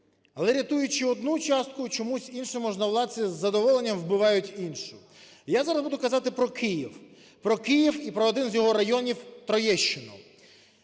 але, рятуючи одну частку, чомусь іншу можновладці із задоволенням вбивають іншу. Я зараз буду казати про Київ, про Київ і про один з його районів - Троєщину.